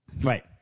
Right